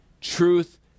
Truth